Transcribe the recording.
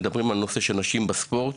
על נושא שילוב נשים בספורט,